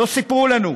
לא סיפרו לנו,